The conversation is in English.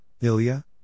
Ilya